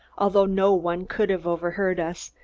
although no one could have overheard us,